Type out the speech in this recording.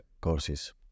courses